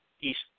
east